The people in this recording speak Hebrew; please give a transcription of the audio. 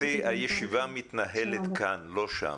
הישיבה מתנהלת כאן, לא שם.